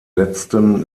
letzten